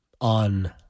on